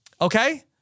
Okay